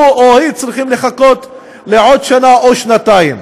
הוא או היא צריכים לחכות עוד שנה או שנתיים.